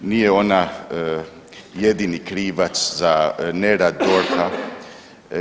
Nije ona jedini krivac za nerad DORH-a.